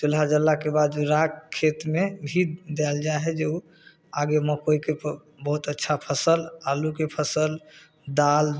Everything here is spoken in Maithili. चुल्हा जललाके बाद ओ राख खेतमे भी देल जाइ हइ जे ओ बहुत आगे मकइके बहुत अच्छा फसल आलूके फसल दाल